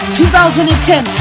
2010